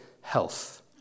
health